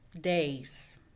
days